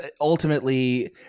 ultimately